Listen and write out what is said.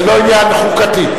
זה לא עניין חוקתי.